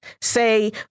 say